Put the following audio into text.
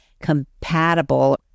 compatible